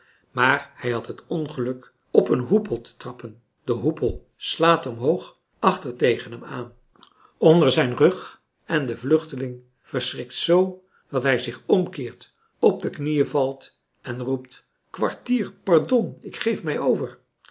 maar hij had het ongeluk op een hoepel te trappen de hoepel slaat omhoog achter tegen hem aan onder zijn rug en de vluchteling verschrikt zoo dat hij zich omkeert op de knieën valt en roept kwartier pardon ik geef mij over